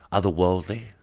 other worldly.